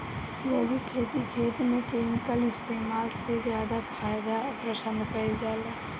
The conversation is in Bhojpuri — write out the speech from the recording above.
जैविक खेती खेत में केमिकल इस्तेमाल से ज्यादा पसंद कईल जाला